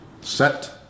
Set